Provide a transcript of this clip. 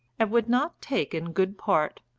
and would not take in good part.